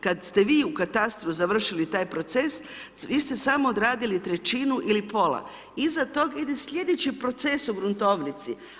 Kad ste vi u katastru završili taj proces, vi ste samo odradili trećinu ili pola, iza toga ide sljedeći proces u guruntovnici.